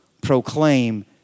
proclaim